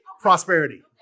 prosperity